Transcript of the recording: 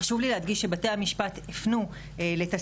חשוב לי להדגיש שבתי המשפט הפנו לתסקירים,